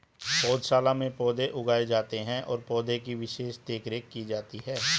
पौधशाला में पौधे उगाए जाते हैं और पौधे की विशेष देखरेख की जाती है